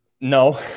No